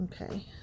okay